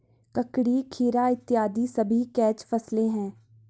ककड़ी, खीरा इत्यादि सभी कैच फसलें हैं